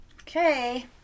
Okay